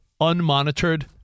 unmonitored